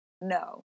No